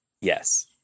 Yes